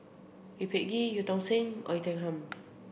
Lee Peh Gee Eu Tong Sen Oei Tiong Ham